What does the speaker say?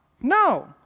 No